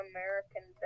American